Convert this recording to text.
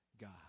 god